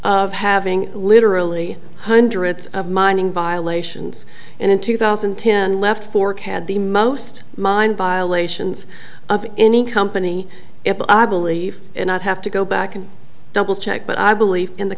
of having literally hundreds of mining violations and in two thousand and ten left fork had the most mined violations of any company i believe and i'd have to go back and double check but i believe in the